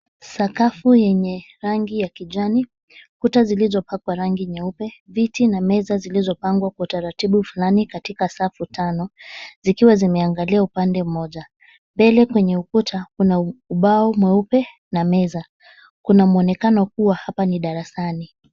Sakafu yenye rangi ya kijani, kuta zilizopakwa rangi nyeupe, viti na meza zilizopangwa kwa utaratibu fulani katika safu tano zikiwa zimeangalia upande mmoja. Mbele kwenye ukuta, kuna umbao mweupe na meza. Kuna mwonekano kuwa hapa ni darasani.